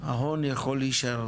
ההון יכול להישאר.